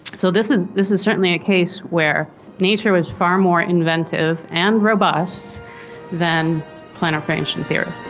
so this is this is certainly a case where nature was far more inventive and robust than planet formation theory.